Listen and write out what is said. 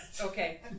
Okay